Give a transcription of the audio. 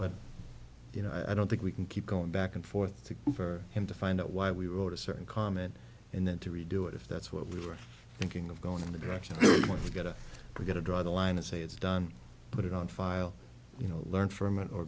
but you know i don't think we can keep going back and forth to for him to find out why we wrote a certain comment and then to redo it if that's what we were thinking of going in the direction you want to go to we're going to draw the line and say it's done put it on file you know learn from it or